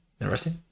Interesting